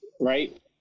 right